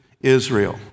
Israel